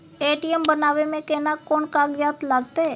ATM बनाबै मे केना कोन कागजात लागतै?